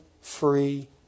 free